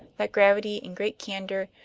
that gravity and great candor,